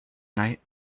night